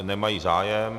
Nemají zájem.